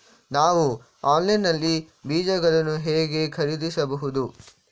ನಾವು ಆನ್ಲೈನ್ ನಲ್ಲಿ ಬೀಜಗಳನ್ನು ಹೇಗೆ ಖರೀದಿಸಬಹುದು?